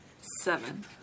Seven